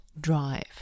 drive